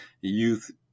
youth